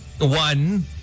One